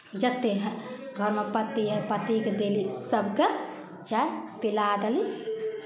जतेक हइ घरमे पति हइ पतिके देली सभकेँ चाय पिला देली